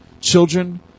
children